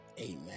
Amen